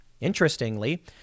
Interestingly